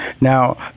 Now